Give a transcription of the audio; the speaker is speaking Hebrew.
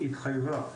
שהתחייבה מראש,